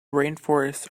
rainforests